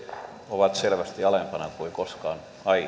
ovat selvästi alempana kuin koskaan aiemmin